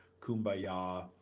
kumbaya